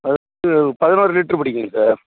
அது பதினோரு லிட்ரு பிடிக்கும் சார்